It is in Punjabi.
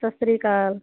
ਸਤਿ ਸ਼੍ਰੀ ਅਕਾਲ